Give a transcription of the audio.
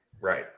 Right